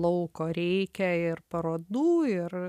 lauko reikia ir parodų ir